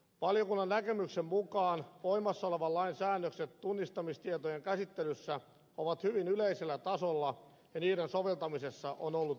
valiokunnan näkemyksen mukaan voimassa olevan lain säännökset tunnistamistietojen käsittelyssä ovat hyvin yleisellä tasolla ja niiden soveltamisessa on ollut ongelmia